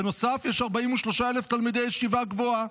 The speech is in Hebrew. בנוסף, יש 43,000 תלמידי ישיבה גבוהה.